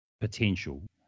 potential